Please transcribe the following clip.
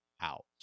out